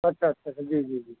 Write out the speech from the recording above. اچھا اچھا سر جی جی جی جی